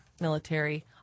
military